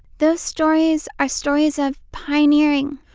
those stories are stories of pioneering.